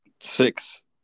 Six